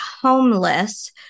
homeless